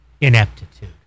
ineptitude